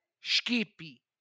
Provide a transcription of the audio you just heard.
skippy